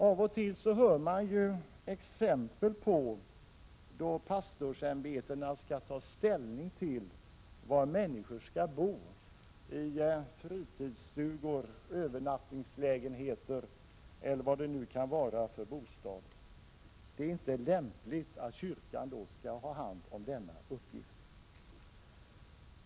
Av och till hör man talas om fall när pastorsämbetena skall ta ställning till var människor skall bo, i fritidsstugor, övernattningslägenheter eller vad det nu kan vara. Det är inte lämpligt att kyrkan skall ha hand om denna uppgift.